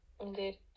Indeed